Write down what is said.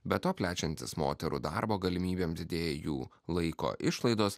be to plečiantis moterų darbo galimybėms didėja jų laiko išlaidos